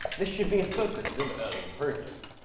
this should be a focus of early improvements.